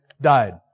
died